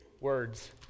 words